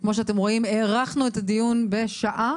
כמו שאתם רואים, הארכנו את הדיון בשעה,